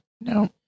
no